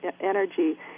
energy